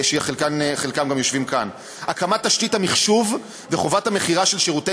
שחלקם גם יושבים כאן: הקמת תשתית המחשוב וחובת המכירה של שירותי